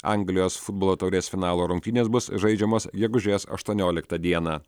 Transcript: anglijos futbolo taurės finalo rungtynės bus žaidžiamos gegužės aštuonioliktą dieną